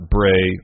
Bray